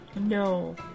No